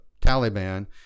Taliban